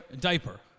diaper